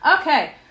okay